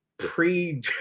Pre